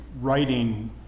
writing